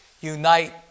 unite